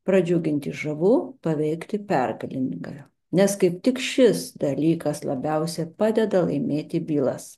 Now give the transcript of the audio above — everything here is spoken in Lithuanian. pradžiuginti žavu paveikti pergalinga nes kaip tik šis dalykas labiausia padeda laimėti bylas